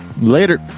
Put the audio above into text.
later